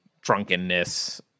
drunkenness